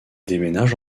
déménage